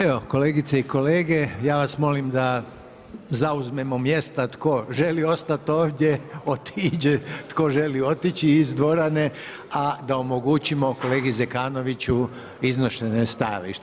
Evo kolegice i kolege, ja vas molim da zauzmemo mjesta tko želi ostat ovdje, otiđe tko želi otići iz dvorane, a da omogućimo kolegi Zekanoviću iznošenje stajališta.